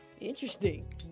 interesting